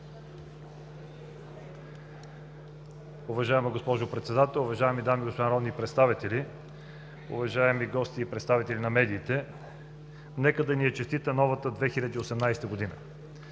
Уважаема госпожо Председател, уважаеми дами и господа народни представители, уважаеми гости и представители на медиите! Нека да ни е честита новата 2018 година